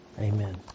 Amen